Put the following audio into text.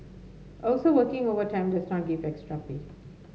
also working overtime does not give extra pay